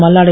Malladi